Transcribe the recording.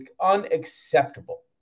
Unacceptable